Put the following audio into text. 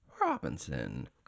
Robinson